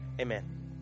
Amen